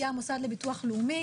יהיה המוסד לביטוח לאומי.